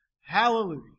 hallelujah